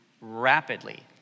rapidly